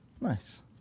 Nice